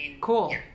Cool